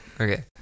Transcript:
okay